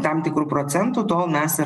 tam tikru procentu tol mes ir